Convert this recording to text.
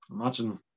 imagine